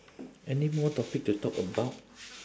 anymore topic to talk about